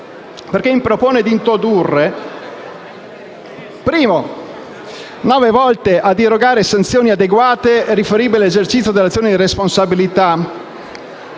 essa propone di introdurre nuove norme volte a erogare sanzioni adeguate riferibili all'esercizio dell'azione di responsabilità,